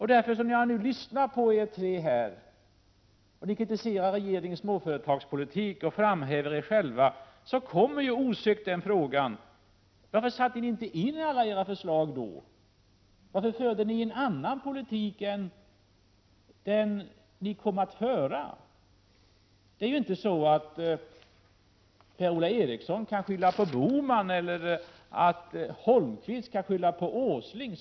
När jag nu lyssnar till er tre då ni kritiserar regeringens småföretagspolitik och framhäver er själva, inställer sig osökt frågan: Varför satte ni inte in alla åtgärder då? Varför förde ni en annan politik? Det är inte så enkelt att Per-Ola Eriksson kan skylla på Bohman och Erik Holmkvist kan skylla på Åsling.